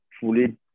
fully